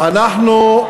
אנחנו,